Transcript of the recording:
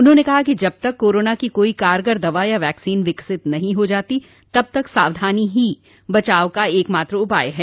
उन्होंने कहा कि जब तक कारोना की कोई कारगर दवा अथवा वैक्सीन विकसित नहीं हो जाती तब तक सावधानी ही बचाव एकमात्र उपाय है